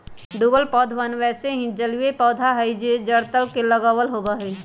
डूबल पौधवन वैसे ही जलिय पौधा हई जो जड़ तल से लगल होवा हई